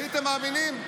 הייתם מאמינים?